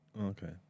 Okay